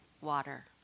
water